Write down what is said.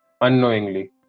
unknowingly